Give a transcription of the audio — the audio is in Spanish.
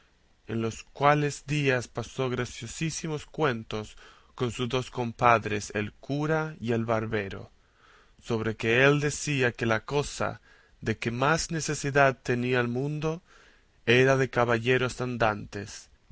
en los cuales días pasó graciosísimos cuentos con sus dos compadres el cura y el barbero sobre que él decía que la cosa de que más necesidad tenía el mundo era de caballeros andantes